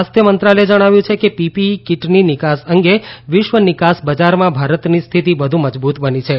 સ્વાસ્થ્ય મંત્રાલયે જણાવ્યું છેકે પીપીઈ કીટની નિકાસ અંગે વિશ્વ નિકાસ બજારમાં ભારતની સ્થિતિ વધુ મજબૂત બની છે